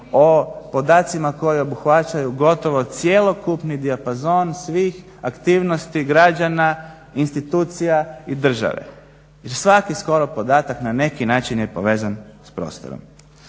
o podacima koji obuhvaćaju gotovo cjelokupni dijapazon svih aktivnosti građana, institucija i države jer svaki skoro podatak na neki način je povezan s prostorom.